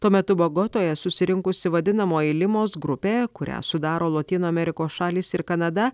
tuo metu bogotoje susirinkusi vadinamoji limos grupė kurią sudaro lotynų amerikos šalys ir kanada